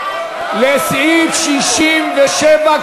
על סעיף 67,